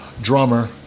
drummer